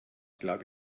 glaube